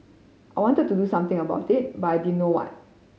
I wanted to do something about it but I didn't know what